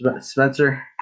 Spencer